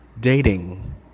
dating